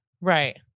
Right